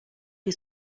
che